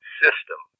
system